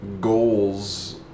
goals